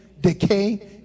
decay